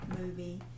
movie